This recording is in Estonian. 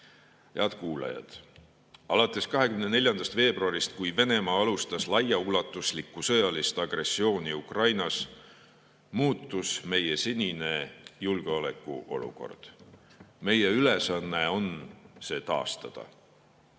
kuulajad! 24. veebruaril, kui Venemaa alustas laiaulatuslikku sõjalist agressiooni Ukrainas, muutus meie senine julgeolekuolukord. Meie ülesanne on see taastada.